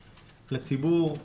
לציבור,